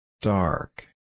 Dark